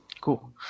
Cool